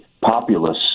populace